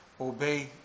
Obey